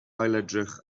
ailedrych